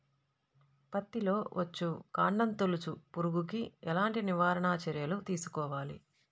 పత్తిలో వచ్చుకాండం తొలుచు పురుగుకి ఎలాంటి నివారణ చర్యలు తీసుకోవాలి?